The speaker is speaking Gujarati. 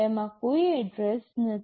તેમાં કોઈ એડ્રેસ નથી